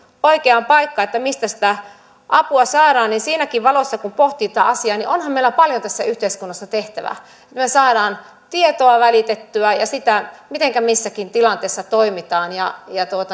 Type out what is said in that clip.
oikeaan paikkaan että mistä sitä apua saadaan siinäkin valossa kun pohtii tätä asiaa niin onhan meillä paljon tässä yhteiskunnassa tehtävää että me saamme välitettyä tietoa mitenkä missäkin tilanteessa toimitaan ja